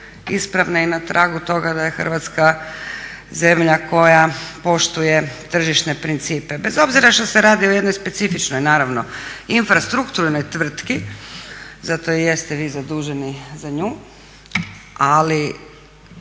ispravne i na tragu toga da je Hrvatska zemlja koja poštuje tržišne principe. Bez obzira što se radi o jednoj specifično naravno infrastrukturnoj tvrtki, zato jeste vi zaduženi za nju, ali